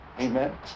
Amen